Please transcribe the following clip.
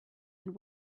and